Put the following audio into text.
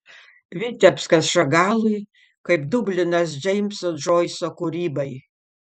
vitebskas šagalui kaip dublinas džeimso džoiso kūrybai